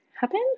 happen